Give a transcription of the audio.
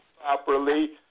properly